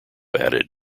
added